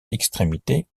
extrémité